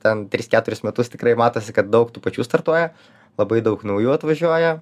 ten tris keturis metus tikrai matosi kad daug tų pačių startuoja labai daug naujų atvažiuoja